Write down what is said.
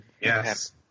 Yes